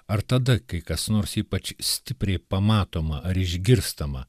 ar tada kai kas nors ypač stipriai pamatoma ar išgirstama